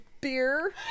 beer